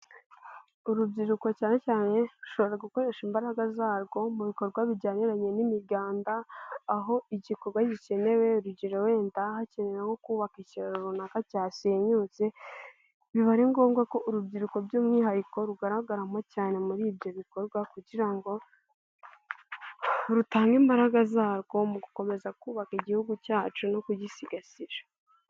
Urubyiruko cyane cyane rushobora gukoresha imbaraga zarwo mu bikorwa bijyaniranye n'imiganda aho igikorwa gikenewe urugero wenda hakenewe nko kubaka ikiro runaka cyasenyutse, biba ari ngombwa ko urubyiruko by'umwihariko rugaragara mo cyane muri ibyo bikorwa kugira ngo rutange imbaraga zarwo mu gukomeza kubaka igihugu cyacu no kugisigasira.